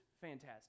fantastic